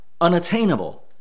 unattainable